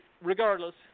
regardless